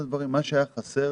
הייתה לי חסרה